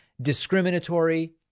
discriminatory